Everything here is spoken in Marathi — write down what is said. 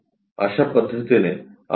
अश्या पद्धतीने आपण बाजूचे दृश्य बनवू शकतो